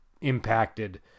impacted